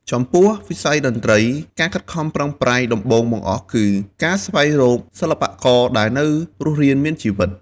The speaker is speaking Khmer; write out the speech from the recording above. ចំពោះវិស័យតន្ត្រី ការខិតខំប្រឹងប្រែងដំបូងបង្អស់គឺ ការស្វែងរកសិល្បករដែលនៅរស់រានមានជីវិត។